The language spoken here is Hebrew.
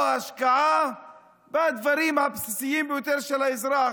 או השקעה בדברים הבסיסיים ביותר של האזרח?